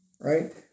Right